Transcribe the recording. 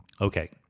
Okay